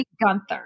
Gunther